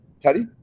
Teddy